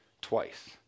twice